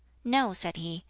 no, said he,